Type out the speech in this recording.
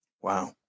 Wow